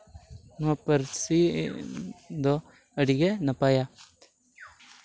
ᱱᱚᱣᱟ ᱯᱟᱹᱨᱥᱤ ᱫᱚ ᱟᱹᱰᱤᱜᱮ ᱱᱟᱯᱟᱭᱟ